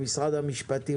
למשרד המשפטים,